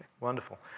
Wonderful